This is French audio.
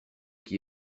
qui